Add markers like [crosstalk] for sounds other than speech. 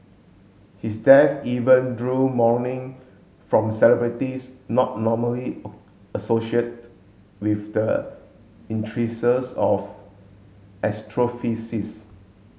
his death even drew mourning from celebrities not normally associate with the [unintelligible] of astrophysics